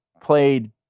played